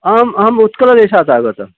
अहम् अहम् उत्कलेषात् आगतः